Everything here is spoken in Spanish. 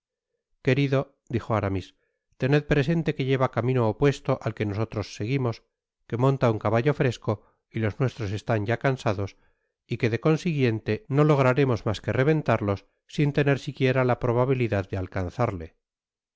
querido dijo aramis tened presente que lleva camino opuesto al que nosotros seguimos que monta un caballo fresco y los nuestros es'án ya cansados y quede consiguiente no lograremos mas que rebentarlos sin tener siquiera la probabilidad de alcanzarle